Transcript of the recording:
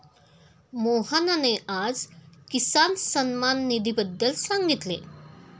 मोहनने आज किसान सन्मान निधीबद्दल सांगितले